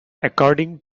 according